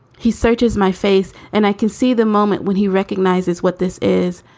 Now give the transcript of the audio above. he searches my face and i can see the moment when he recognizes what this is.